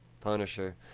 Punisher